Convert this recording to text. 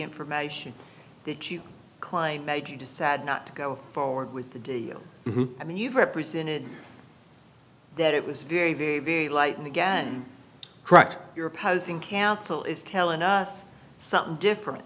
information that you client made you decide not to go forward with the deal who i mean you've represented that it was very very very light and again correct your opposing counsel is telling us something different